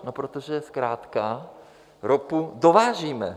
No protože zkrátka ropu dovážíme.